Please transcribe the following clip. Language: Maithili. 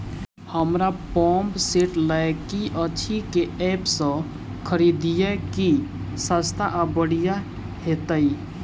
हमरा पंप सेट लय केँ अछि केँ ऐप सँ खरिदियै की सस्ता आ बढ़िया हेतइ?